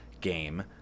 game